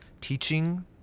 teaching